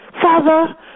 Father